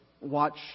watch